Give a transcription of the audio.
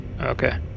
Okay